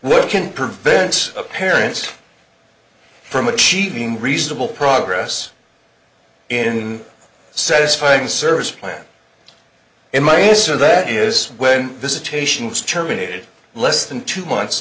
what can prevent a parent from achieving reasonable progress in satisfying service plans in my case or that is when visitation was terminated less than two months